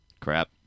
Crap